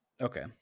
Okay